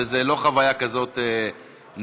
וזאת לא חוויה כזאת נעימה.